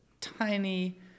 tiny